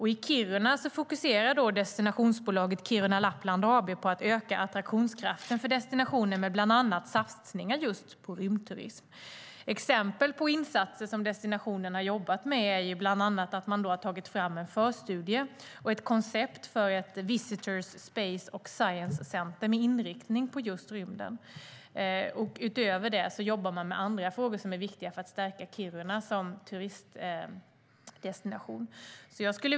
I Kiruna fokuserar destinationsbolaget Kiruna Lappland på att öka attraktionskraften för destinationen med bland annat satsningar på rymdturism. Exempel på insatser som destinationerna jobbat med är att man har tagit fram en förstudie och ett koncept för ett Space Visitor & Science Center med inriktning på rymden. Utöver det jobbar man med andra frågor som är viktiga för att stärka Kiruna som turistdestination.